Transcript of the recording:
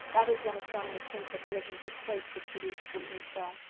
that is when astronomers think the collision took place which produced this new star.